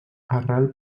arrel